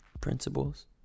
principles